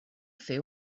fer